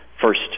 First